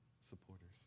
supporters